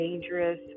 dangerous